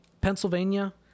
Pennsylvania